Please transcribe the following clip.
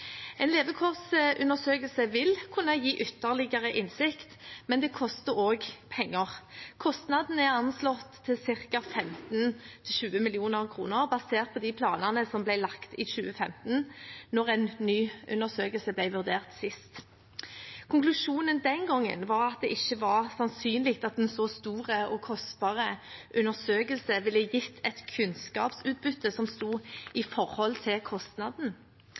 En levekårsundersøkelse vil kunne gi ytterligere innsikt, men det koster også penger. Kostnaden er anslått til ca. 15–20 mill. kr, basert på de planene som ble lagt i 2015, da en ny undersøkelse ble vurdert sist. Konklusjonen den gang var at det ikke var sannsynlig at en så stor og kostbar undersøkelse ville gitt et kunnskapsutbytte som sto i forhold til kostnaden.